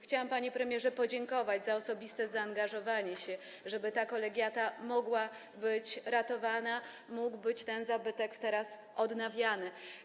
Chciałam, panie premierze, podziękować za osobiste zaangażowanie się, żeby ta kolegiata mogła być ratowana, mógł być ten zabytek teraz odnawiany.